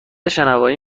شنوایی